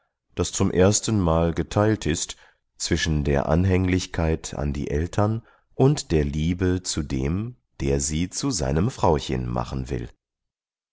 das zum erstenmal geteilt ist zwischen der anhänglichkeit an die eltern und der liebe zu dem der sie zu seinem frauchen machen will